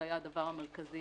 זה היה הדבר המרכזי